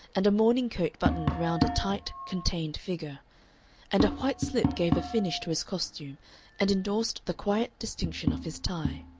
and a morning coat buttoned round a tight, contained figure and a white slip gave a finish to his costume and endorsed the quiet distinction of his tie.